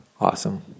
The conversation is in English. Awesome